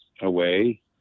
away